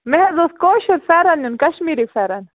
مےٚ حظ اوس کٲشُر فیرَن نِیُن کَشمیٖری فیرَن